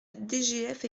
dgf